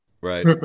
Right